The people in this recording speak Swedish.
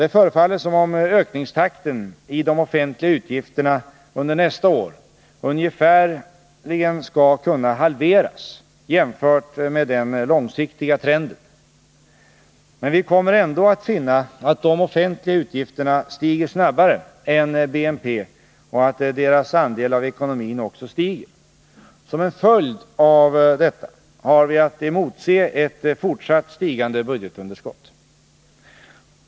Det förefaller som om ökningstakten i de offentliga utgifterna under nästa år ungefärligen skall kunna halveras jämfört med den långsiktiga trenden, Men vi kommer ändå att finna att de offentliga utgifterna stiger snabbare än BNP och att deras andel av ekonomin också stiger. Som en följd av detta har vi att emotse ett fortsatt stigande budgetunderskott.